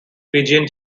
fijian